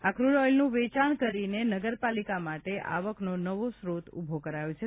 આ ફ્રૂડ ઓઇલનું વેચાણ કરીને નગરપાલિકા માટે આવકનો નવો સ્ત્રોત ઊભો કરાયો છે